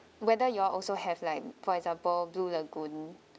whether you all also have like for example blue lagoon